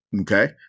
Okay